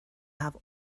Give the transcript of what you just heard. have